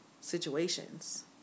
situations